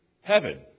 heaven